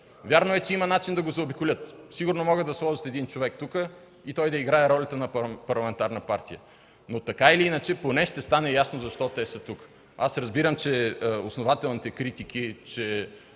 Вярно е, че има начин да го заобиколят. Сигурно могат да сложат един човек тук и той да играе ролята на парламентарна партия, но така или иначе поне ще стане ясно защо те са тук. Аз разбирам основателните критики, че